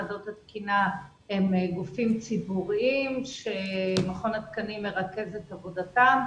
ועדות התקינה הם גופים ציבוריים שמכון התקנים מרכז את עבודתם.